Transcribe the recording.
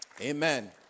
Amen